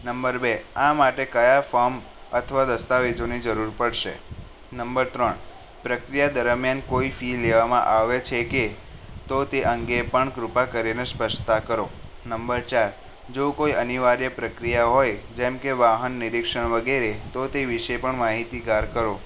number બે આ માટે કયા ફોર્મ દસ્તાવેજોની જરૂર પડશે નંબર ત્રણ પ્રક્રિયા દરમિયાન કોઈ ફી લેવામાં આવે છે કે તો તે અંગે પણ કૃપા કરીને સ્પષ્ટતા કરો નંબર ચાર જો કોઈ અનિવાર્ય પ્રક્રિયા હોય જેમ કે વાહન નિરીક્ષણ વગેરે તો તે વિશે પણ માહિતીગાર કરો